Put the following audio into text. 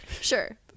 Sure